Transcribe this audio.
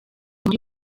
muri